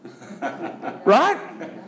Right